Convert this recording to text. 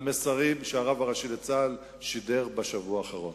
מהמסרים שהרב הראשי לצה"ל שידר בשבוע האחרון.